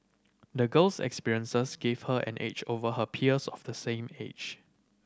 the girl's experiences gave her an edge over her peers of the same age